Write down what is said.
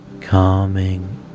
calming